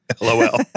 LOL